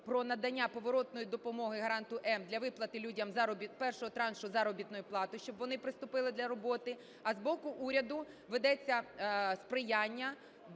про надання поворотної допомоги "Гаранту М" для виплати людям першого траншу заробітної плати, щоб вони приступили до роботи. А з боку уряду ведеться сприяння